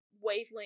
wavelength